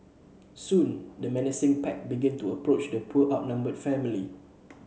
soon the menacing pack began to approach the poor outnumbered family